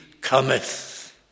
cometh